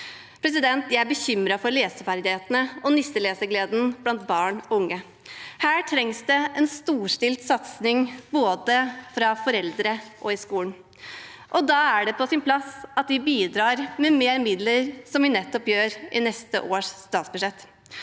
Jeg er bekymret for leseferdighetene og nisselesegleden blant barn og unge. Her trengs det en storstilt satsing, både fra foreldre og i skolen. Da er det på sin plass at vi bidrar med mer midler, slik vi nettopp gjør i neste års statsbudsjett.